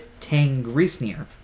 Tangrisnir